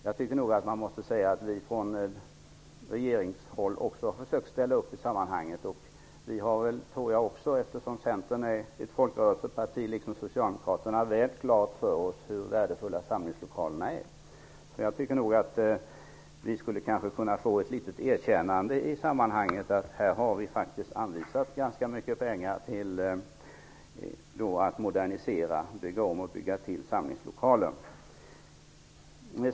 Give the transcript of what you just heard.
Jag tycker nog det måste sägas att vi från regeringshåll också har försökt att ställa upp i detta sammanhang. Eftersom Centern liksom Socialdemokraterna är ett folkrörelseparti har vi mycket klart för oss hur värdefulla samlingslokalerna är. Vi kanske skulle kunna få ett litet erkännande i sammanhanget. Här har vi faktiskt anvisat ganska mycket pengar till att modernisera, bygga om och bygga till, samlingslokaler.